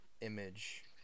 image